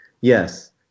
yes